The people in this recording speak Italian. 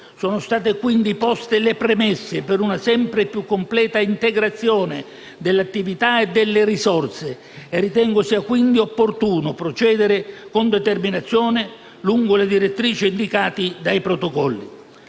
Sono state quindi poste le premesse per una sempre più completa integrazione delle attività e delle risorse e ritengo sia quindi opportuno procedere con determinazione lungo le direttrici indicate dai protocolli.